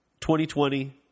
2020